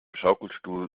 schaukelstuhl